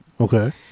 Okay